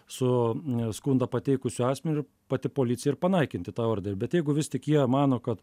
su skundą pateikusiu asmeniu pati policija ir panaikinti tą orderį bet jeigu vis tik jie mano kad